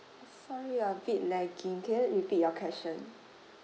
sorry you are a bit lagging can you repeat your question